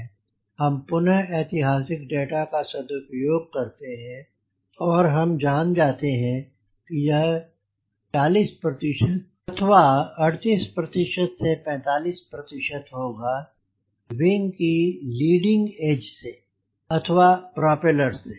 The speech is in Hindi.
हम पुनः ऐतिहासिक डेटा का सदुपयोग करते हैं और हम जान जाते हैं कि यह ४० प्रतिशत अथवा ३८ से ४५ प्रतिशत होगा विंग की लीडिंग एज से अथवा प्रोपेलर से